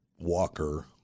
walker